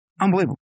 Unbelievable